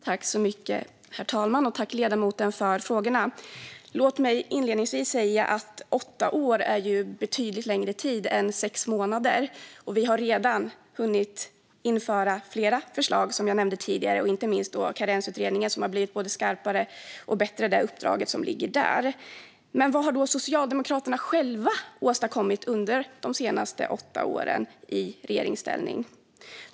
Herr talman! Jag tackar ledamoten för frågorna. Låt mig inledningsvis säga att åtta år är betydligt längre tid än sex månader, och vi har redan hunnit införa flera förslag, som jag nämnde tidigare - inte minst Karensutredningen, där uppdraget har blivit både skarpare och bättre. Men vad har då Socialdemokraterna själva åstadkommit under de senaste åtta åren i regeringsställning?